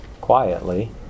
quietly